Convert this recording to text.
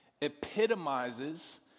epitomizes